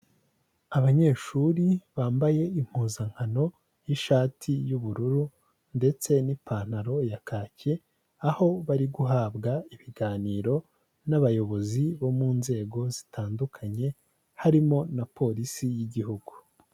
Abanyeshuri bambaye impuzankano y'ishati y'ubururu ndetse n'ipantaro ya kaki, aho bari guhabwa ibiganiro n'abayobozi bo mu nzego zitandukanye harimo na polisi y'igihugu.